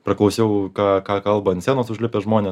praklausiau ką ką kalba ant scenos užlipę žmonės